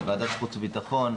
ועדת חוץ ובטחון,